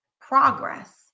Progress